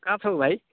कहाँ छौ भाइ